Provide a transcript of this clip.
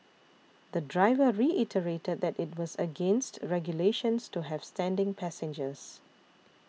the driver reiterated that it was against regulations to have standing passengers